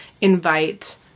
invite